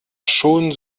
schon